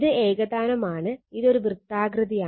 ഇത് ഏകതാനമാണ് ഇത് ഒരു വൃത്താകൃതിയാണ്